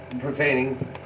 pertaining